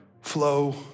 flow